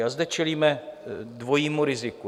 A zde čelíme dvojímu riziku.